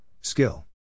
Skill